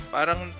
Parang